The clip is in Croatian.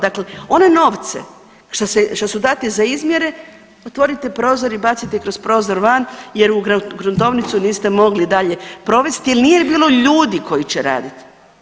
Dakle, one novce što su dati za izmjere, otvorite prozor i bacite kroz prozor van jer u gruntovnicu niste mogli dalje provesti jer nije bilo ljudi koji će raditi.